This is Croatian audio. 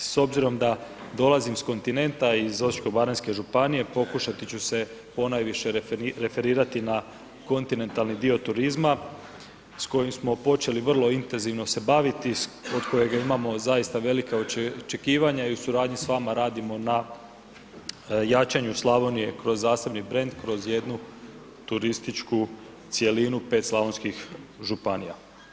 S obzirom da dolazim s kontinenta, iz Osječko-baranjske županije, pokušati ću se ponajviše referirati na kontinentalni dio turizma s kojim smo počeli vrlo intenzivno se baviti, od kojeg imamo zaista velika očekivanja i u suradnji s vama radimo na jačanju Slavonije kroz zasebni brand, kroz jednu turističku cjelinu, 5 slavonskih županija.